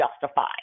justify